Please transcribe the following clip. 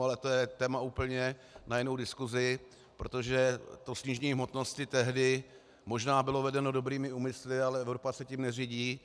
Ale to je téma na úplně jinou diskusi, protože to snížení hmotnosti tehdy možná bylo vedeno dobrými úmysly, ale Evropa se tím neřídí.